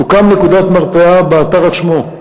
תוקם נקודת מרפאה באתר עצמו,